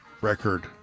record